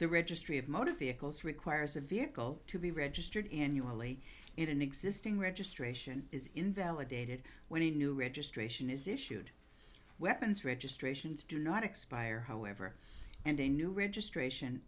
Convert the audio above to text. the registry of motor vehicles requires a vehicle to be registered in you only in an existing registration is invalidated when a new registration is issued weapons registrations do not expire however and a new registration